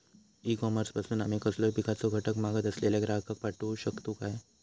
E commerce पासून आमी कसलोय पिकाचो घटक मागत असलेल्या ग्राहकाक पाठउक शकतू काय?